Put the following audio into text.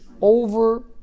over